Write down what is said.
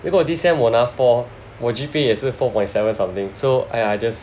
如果 this sem 我拿 four 我 G_P 也拿也是 four point seven something so !aiya! I just